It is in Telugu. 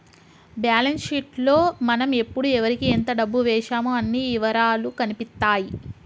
బ్యేలన్స్ షీట్ లో మనం ఎప్పుడు ఎవరికీ ఎంత డబ్బు వేశామో అన్ని ఇవరాలూ కనిపిత్తాయి